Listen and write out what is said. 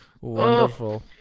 wonderful